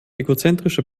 egozentrische